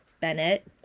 Bennett